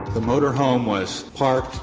the motor home was parked.